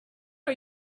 are